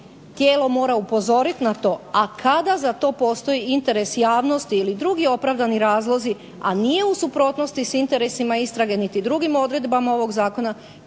tijelo mora upozoriti na to, a kada za to postoji interes javnosti i drugi opravdani razlozi a nije u suprotnosti sa interesima istrage niti drugim odredbama ovog Zakona